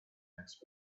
next